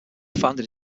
founded